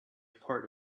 part